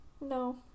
no